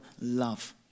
love